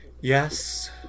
Yes